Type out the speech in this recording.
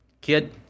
kid